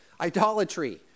idolatry